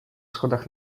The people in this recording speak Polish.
schodach